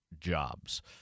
jobs